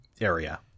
area